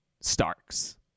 Starks